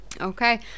Okay